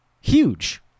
huge